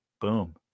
Boom